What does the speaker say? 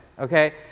Okay